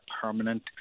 permanent